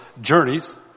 journeys